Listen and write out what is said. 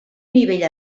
nivell